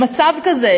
במצב כזה,